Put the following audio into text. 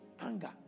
Anger